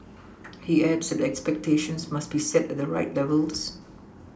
he adds that expectations must be set at the right levels